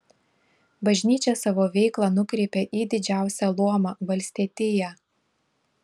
bažnyčia savo veiklą nukreipė į didžiausią luomą valstietiją